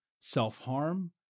self-harm